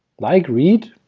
like read